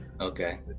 Okay